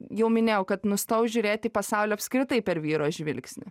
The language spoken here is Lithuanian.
jau minėjau kad nustojau žiūrėt į pasaulį apskritai per vyro žvilgsnį